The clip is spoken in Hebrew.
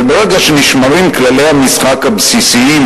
אבל ברגע שנשמרים כללי המשחק הבסיסיים,